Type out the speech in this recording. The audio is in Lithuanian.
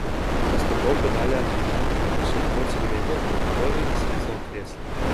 pastatau puodelį ant židinio užsirūkau cigaretę ir patogiai įsitaisau krėsle